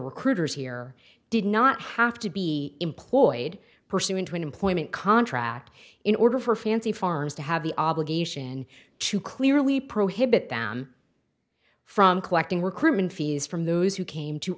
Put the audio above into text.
recruiters here did not have to be employed pursuant to an employment contract in order for fancy farms to have the obligation to clearly prohibit them from collecting recruitment fees from those who came to